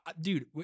dude